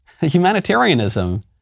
Humanitarianism